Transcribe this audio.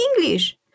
English